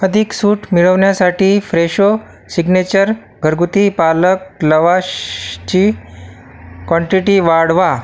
अधिक सूट मिळविण्यासाठी फ्रेशो सिग्नेचर घरगुती पालक लवाशची कॉन्टिटी वाढवा